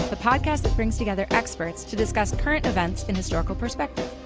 the podcast that brings together experts to discuss current events in historical perspective.